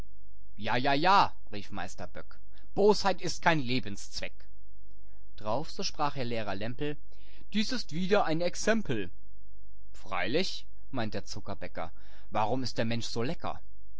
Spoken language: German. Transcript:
ja ja ja rief meister böck bosheit ist kein lebenszweck drauf so sprach herr lehrer lämpel dies ist wieder ein exempel freilich meint der zuckerbäcker warum ist der mensch so lecker